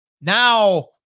Now